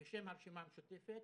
בשם הרשימה המשותפת,